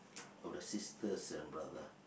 of the sisters and brother